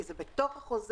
כי זה בתוך החוזה.